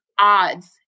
odds